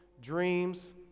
dreams